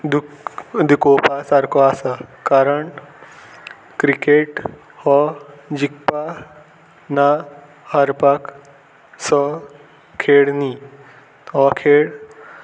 दूख दुखोवपा सारको आसा कारण क्रिकेट हो जिकपा ना हारपाक असो खेळ न्ही हो खेळ